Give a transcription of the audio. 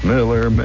Miller